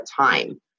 time